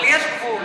אבל יש גבול.